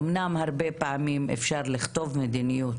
אמנם הרבה פעמים אפשר לכתוב מדיניות,